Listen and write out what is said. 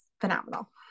phenomenal